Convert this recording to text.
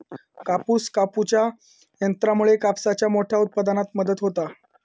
कापूस कापूच्या यंत्रामुळे कापसाच्या मोठ्या उत्पादनात मदत होता